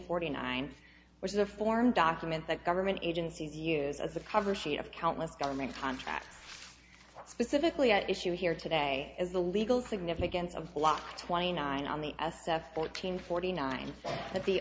forty nine which is a form document that government agencies use as a cover sheet of countless government contracts specifically at issue here today is the legal significance of clock twenty nine on the s f fourteen forty nine that the